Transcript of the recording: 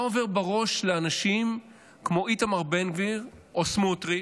מה עובר בראש לאנשים כמו איתמר בן גביר או סמוטריץ'?